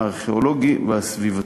הארכיאולוגי והסביבתי.